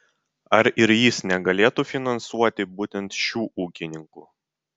ar ir jis negalėtų finansuoti būtent šių ūkininkų